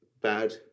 bad